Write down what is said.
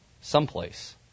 someplace